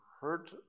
hurt